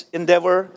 endeavor